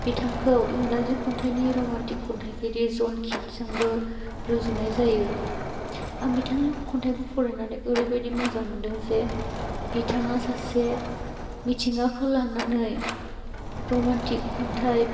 बिथांखौ इरांजि खन्थाइनि रमान्टिक खन्थाइगिरि ज'न किटसजोंबो रुजुनाय जायो आं बिथांनि खन्थाइखौ फरायनानै ओरैबायदि मोजां मोनदों जे बिथाङा सासे मिथिंगाखौ लानानै रमान्टिक खन्थाइ